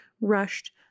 rushed